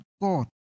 God